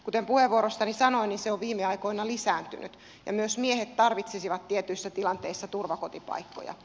kuten puheenvuorossani sanoin se on viime aikoina lisääntynyt ja myös miehet tarvitsisivat tietyissä tilanteissa turvakotipaikkoja